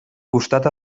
costat